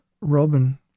Robin